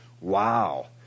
Wow